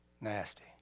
nasty